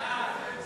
חוק